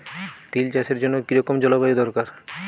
তিল চাষের জন্য কি রকম জলবায়ু দরকার?